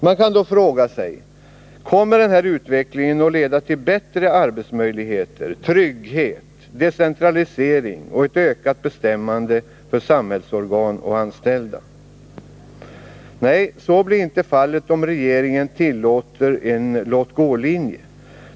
Man kan då fråga sig: Kommer denna utveckling att leda till bättre arbetsmöjligheter, trygghet, decentralisering och ett ökat bestämmande för samhällsorgan och anställda? Nej, så blir inte fallet om regeringen tillåter en låt-gå-linje.